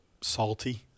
salty